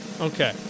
Okay